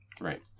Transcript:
Right